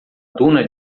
duna